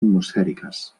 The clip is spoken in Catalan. atmosfèriques